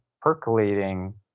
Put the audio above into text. percolating